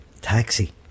taxi